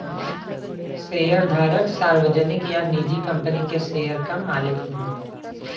शेयरधारक सार्वजनिक या निजी कंपनी के शेयर क मालिक होला